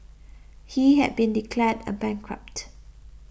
he had been declared a bankrupt